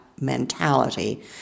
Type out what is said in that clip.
mentality